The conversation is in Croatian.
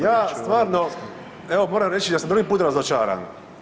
Ja stvarno, moram reći da sam drugi put razočaran.